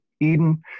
Eden